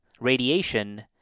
radiation